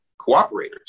cooperators